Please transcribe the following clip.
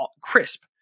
crisp